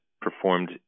performed